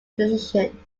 decision